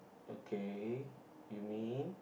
okay you mean